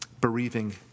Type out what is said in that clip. bereaving